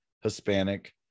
hispanic